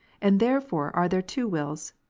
and therefore are there two wills,